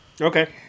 Okay